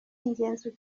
ingenzi